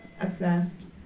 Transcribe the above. obsessed